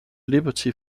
liberty